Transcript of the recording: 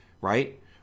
right